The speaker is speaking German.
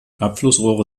abflussrohre